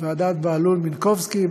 ועדת בהלול-מינקובסקי,